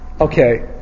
okay